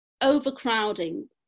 overcrowding